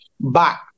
back